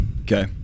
okay